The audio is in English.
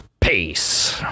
peace